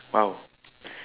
!wow!